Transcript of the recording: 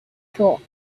thought